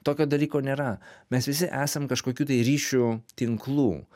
tokio dalyko nėra mes visi esam kažkokių tai ryšių tinklų